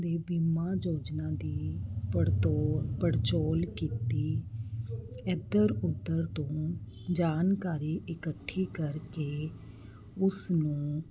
ਦੇ ਬੀਮਾ ਯੋਜਨਾ ਦੀ ਪੜਤੋ ਪੜਚੋਲ ਕੀਤੀ ਇੱਧਰ ਉੱਧਰ ਤੋਂ ਜਾਣਕਾਰੀ ਇਕੱਠੀ ਕਰਕੇ ਉਸਨੂੰ